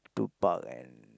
to park and